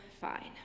fine